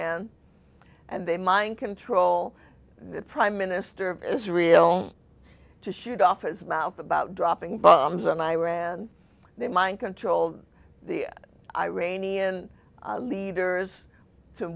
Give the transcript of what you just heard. an and then mind control and the prime minister of israel to shoot off his mouth about dropping bombs on iran then mind control the iranian leaders to